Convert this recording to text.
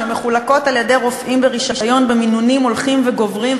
שמחולקות על-ידי רופאים ברישיון במינונים הולכים וגוברים,